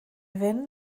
fynd